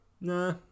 Nah